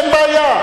אין בעיה.